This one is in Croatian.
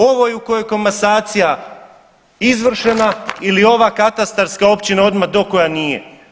Ovoj u kojoj komasacija izvršena ili ova katastarska općina odmah do koja nije.